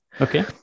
Okay